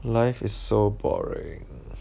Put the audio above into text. life is so boring